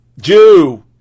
Jew